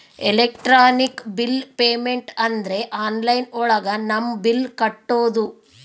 electronic bill payment ಅಂದ್ರೆ online ಒಳಗ ನಮ್ ಬಿಲ್ ಕಟ್ಟೋದು